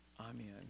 Amen